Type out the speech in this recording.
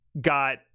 got